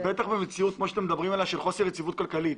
בטח במציאות כמו שאתם מדברים עליה של חוסר יציבות כלכלית.